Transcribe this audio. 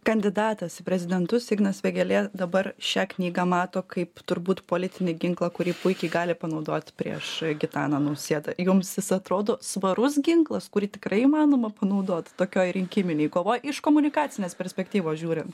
kandidatas į prezidentus ignas vėgėlė dabar šią knygą mato kaip turbūt politinį ginklą kurį puikiai gali panaudoti prieš gitaną nausėdą jums is atrodo svarus ginklas kurį tikrai įmanoma panaudoti tokioj rinkiminėj kovoj iš komunikacinės perspektyvos žiūrint